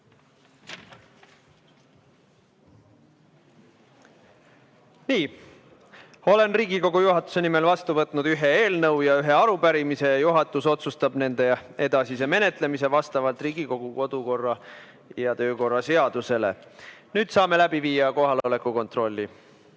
Nii, olen Riigikogu juhatuse nimel vastu võtnud ühe eelnõu ja ühe arupärimise. Juhatus otsustab nende edasise menetlemise vastavalt Riigikogu kodu- ja töökorra seadusele. Nüüd saame läbi viia kohaloleku kontrolli. Meil